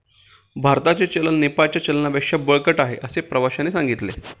भारताचे चलन नेपाळच्या चलनापेक्षा बळकट आहे, असे प्रवाश्याने सांगितले